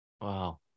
Wow